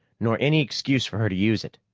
nor any excuse for her to use it.